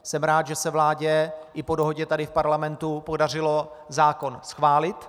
Jsem rád, že se vládě i po dohodě tady v Parlamentu podařilo zákon schválit.